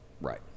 Right